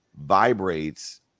vibrates